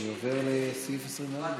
אופיר סופר,